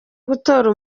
gutora